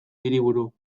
hiriburu